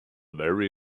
very